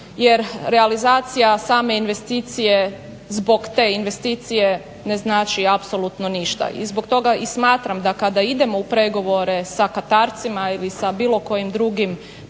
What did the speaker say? jer realizacija same investicije zbog te investicije ne znači apsolutno ništa. I zbog toga i smatram da kada idemo u pregovore sa Katarcima ili sa bilo kojim drugim potencijalnim